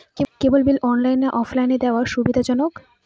কেবল bill অনলাইনে নাকি অফলাইনে দেওয়া সুবিধাজনক?